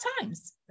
times